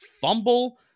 fumble